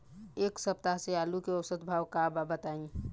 एक सप्ताह से आलू के औसत भाव का बा बताई?